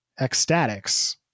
ecstatics